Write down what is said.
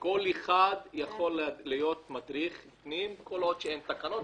כל אחד יכול להיות מדריך פנים כל עוד שאין תקנות,